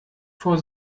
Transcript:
vor